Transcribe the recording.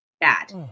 Bad